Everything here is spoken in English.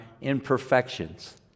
imperfections